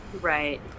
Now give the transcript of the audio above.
right